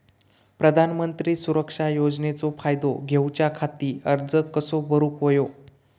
प्रधानमंत्री सुरक्षा योजनेचो फायदो घेऊच्या खाती अर्ज कसो भरुक होयो?